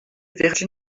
virgin